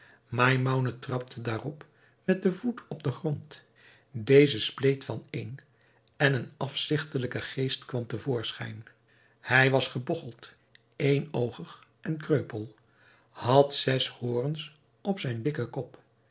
maimoune trapte daarop met den voet op den grond deze spleet van een en een afzigtelijke geest kwam te voorschijn hij was gebogcheld éénoogig en kreupel had zes horens op zijn dikken kop